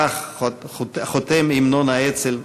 כך חותם המנון האצ"ל,